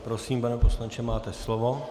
Prosím, pane poslanče, máte slovo.